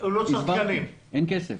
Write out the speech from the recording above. אין כסף.